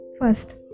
First